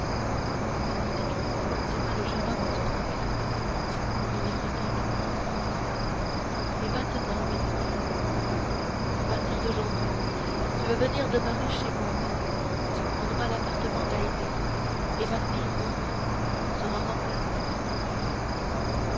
jure monte cristo attira le jeune homme sur son coeur et l'y retint longtemps et maintenant lui dit-il à partir d'aujourd'hui tu vas venir demeurer chez moi tu prendras l'appartement d'haydée et ma fille au moins sera remplacée par mon fils